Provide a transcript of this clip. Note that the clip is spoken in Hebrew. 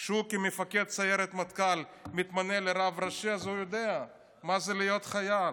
כשהוא כמפקד סיירת מטכ"ל מתמנה לרב ראשי אז הוא יודע מה זה להיות חייל.